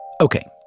Okay